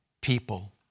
people